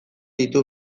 ditu